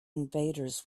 invaders